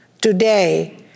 today